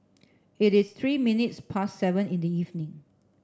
it is three minutes past seven in the evening